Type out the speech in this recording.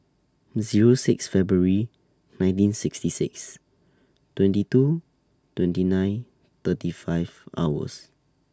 Zero six February nineteen sixty six twenty two twenty nine thirty five hours